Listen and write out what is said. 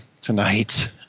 tonight